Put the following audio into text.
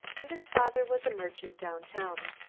and his father was a merchant downtown.